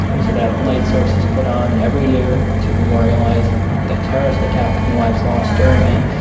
so that light source is put on every year to memorialise that terrorist attack and the lives lost during it.